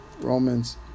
Romans